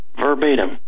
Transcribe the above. verbatim